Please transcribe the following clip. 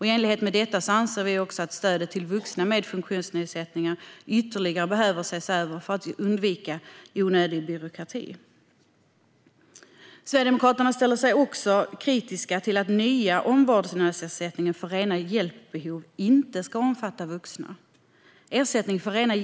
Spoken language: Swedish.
I enlighet med detta anser vi att stödet till vuxna med funktionsnedsättning ytterligare behöver ses över för att undvika onödig byråkrati. Sverigedemokraterna ställer sig också kritiska till att den nya omvårdnadsersättningen för rena hjälpbehov inte ska omfatta vuxna.